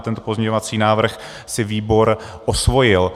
Tento pozměňovací návrh si výbor osvojil.